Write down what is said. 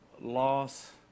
loss